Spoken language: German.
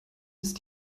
ist